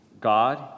God